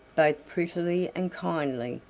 both prettily and kindly,